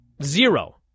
Zero